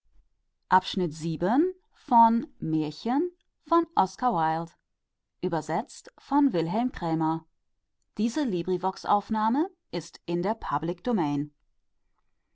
es ist in der